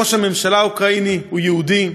ראש הממשלה האוקראיני הוא יהודי,